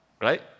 right